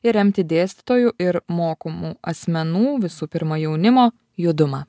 ir remti dėstytojų ir mokomų asmenų visų pirma jaunimo judumą